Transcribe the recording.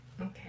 Okay